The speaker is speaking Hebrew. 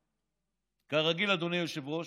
כרגיל, אדוני היושב-ראש?